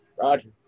Roger